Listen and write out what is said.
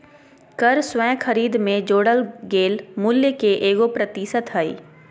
कर स्वयं खरीद में जोड़ल गेल मूल्य के एगो प्रतिशत हइ